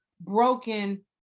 broken